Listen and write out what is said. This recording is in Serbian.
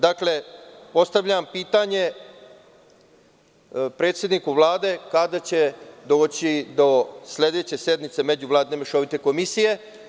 Dakle, postavljam pitanje predsedniku Vlade – kada će doći do sledeće sednice međuvladine mešovite komisije?